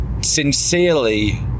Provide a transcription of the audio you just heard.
sincerely